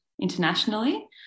internationally